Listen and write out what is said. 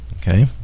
okay